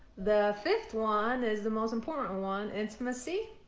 the fifth one is the most important one. intimacy.